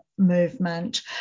Movement